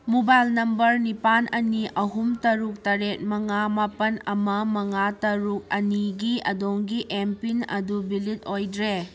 mobile number ꯅꯤꯄꯥꯜ ꯑꯅꯤ ꯑꯍꯨꯝ ꯇꯔꯨꯛ ꯇꯔꯦꯠ ꯃꯉꯥ ꯃꯥꯄꯜ ꯑꯃ ꯃꯉꯥ ꯇꯔꯨꯛ ꯑꯅꯤꯒꯤ ꯑꯗꯣꯝꯒꯤ ꯑꯦꯝꯄꯤꯟ ꯑꯗꯨ ꯚꯦꯂꯤꯠ ꯑꯣꯏꯗ꯭ꯔꯦ